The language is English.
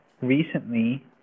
recently